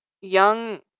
Young